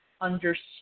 understood